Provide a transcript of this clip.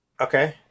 Okay